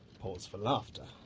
pause for laughter.